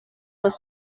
was